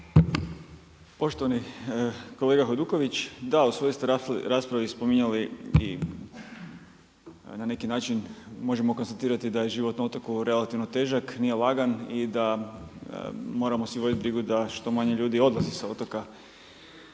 Poštovani kolega Hajduković, da u svojoj ste raspravi spominjali i na neki način možemo konstatirati da je život na otoku relativno težak, nije lagan i da moramo svi voditi brigu da što manje ljudi odlaze s otoka.